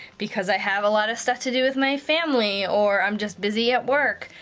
because i have a lot of stuff to do with my family, or i'm just busy at work.